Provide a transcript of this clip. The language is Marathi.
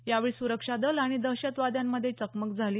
यावेळी सुरक्षा दल आणि दहशतवाद्यांमध्ये चकमक झाली